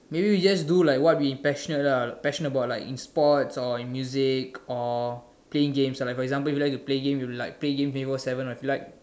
maybe we just do like what we passionate ah passionate about in like sports or in music or playing games for like example you like to play games you like play games for twenty four seven like to